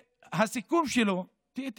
הסיכום שלו, תקראו,